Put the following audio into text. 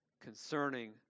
concerning